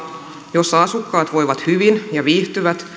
jossa asukkaat voivat hyvin ja viihtyvät